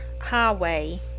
highway